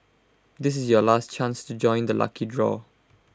this is your last chance to join the lucky draw